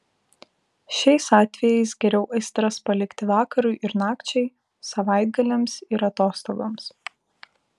šiais atvejais geriau aistras palikti vakarui ir nakčiai savaitgaliams ir atostogoms